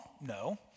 No